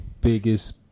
biggest